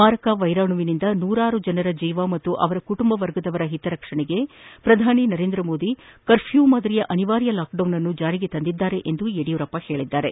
ಮಾರಕ ವೈರಸ್ ನಿಂದ ನೂರಾರು ಜನರ ಜೀವ ಹಾಗೂ ಅವರ ಕುಟುಂಬ ವರ್ಗದವರ ಹಿತ ದೃಷ್ಷಿಯಿಂದ ಪ್ರಧಾನಿ ನರೇಂದ್ರ ಮೋದಿ ಕರ್ಫ್ಲೂ ಮಾದರಿಯ ಅನಿವಾರ್ಯ ಲಾಕ್ ಡೌನ್ ನ್ನು ಜಾರಿಗೊಳಿಸಿದ್ದಾರೆ ಎಂದು ಯಡಿಯೂರಪ್ಪ ಹೇಳಿದ್ದಾರೆ